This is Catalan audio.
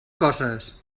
coses